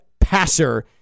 passer